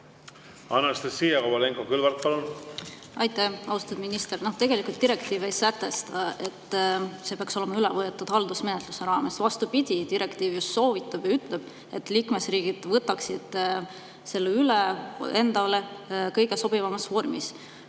Anastassia Kovalenko-Kõlvart, palun! Aitäh! Austatud minister! Tegelikult direktiiv ei sätesta, et see peaks olema üle võetud haldusmenetluse raames. Vastupidi, direktiiv soovitab ja ütleb, et liikmesriigid võtaksid selle üle endale kõige sobivamas vormis.